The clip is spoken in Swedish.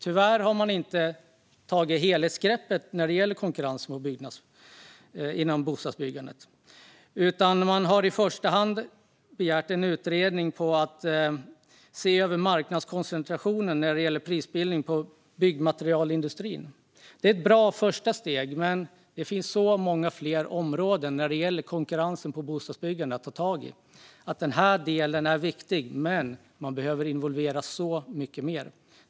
Tyvärr har man inte tagit ett helhetsgrepp när det gäller konkurrens inom bostadsbyggandet. Man har i första hand begärt en utredning om att se över marknadskoncentrationen när det gäller prisbildningen i byggmaterialindustrin. Det är ett bra första steg. Men det finns så många fler områden när det gäller konkurrensen inom bostadsbyggandet att ta tag i. Denna del är viktig, men man behöver involvera så mycket mer.